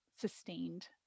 sustained